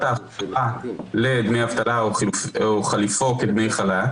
ההכשרה לדמי אבטלה או חליפו כדמי חל"ת,